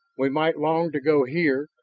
we might long to go here,